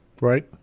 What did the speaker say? Right